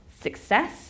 success